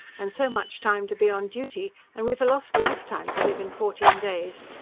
and so much time to be on duty, and we've a lost lifetime to live in fourteen days!